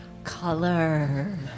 Color